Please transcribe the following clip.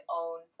own